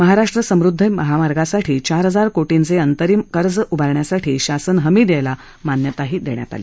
महाराष्ट्र समृद्धी महामार्गासाठी चार हजार कोटींचे अंतरिम कर्ज उभारण्यासाठी शासन हमी द्यायला मान्यता देण्यात आली